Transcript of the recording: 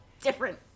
different